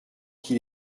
qu’il